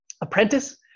apprentice